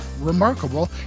remarkable